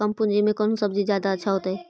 कम पूंजी में कौन सब्ज़ी जादा अच्छा होतई?